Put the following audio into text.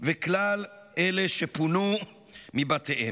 וכלל אלה שפונו מבתיהם.